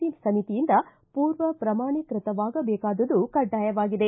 C ಸಮಿತಿಯಿಂದ ಪೂರ್ವ ಪ್ರಮಾಣೀಕೃತವಾಗಬೇಕಾದುದು ಕಡ್ಡಾಯವಾಗಿದೆ